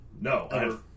no